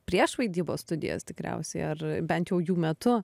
prieš vaidybos studijas tikriausiai ar bent jau jų metu